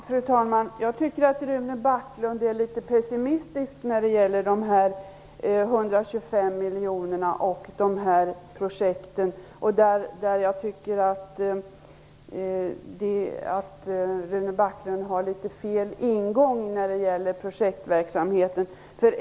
Fru talman! Jag tycker att Rune Backlund är en aning pessimistisk när det gäller de 125 miljonerna och de här projekten. Jag tycker att Rune Backlund har litet fel utgångspunkt när det gäller projektverksamheten.